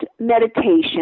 meditation